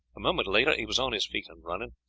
a moment later he was on his feet and running.